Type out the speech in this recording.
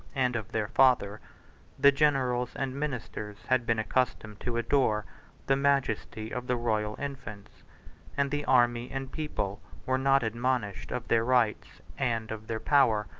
and of their father the generals and ministers had been accustomed to adore the majesty of the royal infants and the army and people were not admonished of their rights, and of their power,